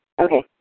Okay